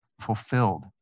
fulfilled